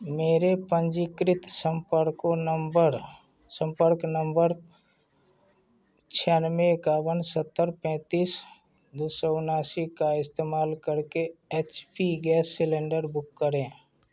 मेरे पंजीकृत संपर्क नम्बर छियानवे इक्यावन सत्तर पैंतीस दो सौ उनासी का इस्तेमाल करके H P gas cylinder book करें